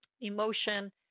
emotion